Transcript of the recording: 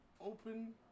open